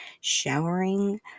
showering